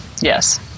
Yes